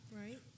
Right